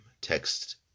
Text